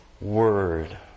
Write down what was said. word